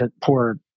poor